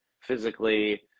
physically